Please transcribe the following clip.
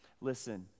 Listen